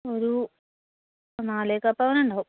ഒരു നാലെകാൽ പവൻ ഉണ്ടാവും